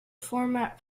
format